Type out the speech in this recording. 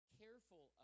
careful